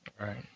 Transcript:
Right